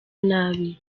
nabi